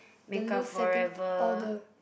the loose setting powder